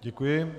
Děkuji.